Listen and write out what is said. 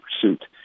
pursuit